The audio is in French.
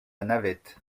navette